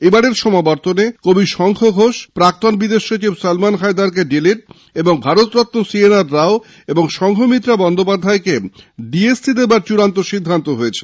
এবারের সমাবর্তনে কবি শঙ্খ ঘোষ প্রাক্তন বিদেশ সচিব সলমন হায়দারকে ডিলিট এবং ভারতরত্ন সিএনআর রাও ও সংঘমিত্রা বন্দ্যোপাধ্যায়কে ডিএসসি দেওয়ার বিষয়টি চূড়ান্ত সিদ্ধান্ত হয়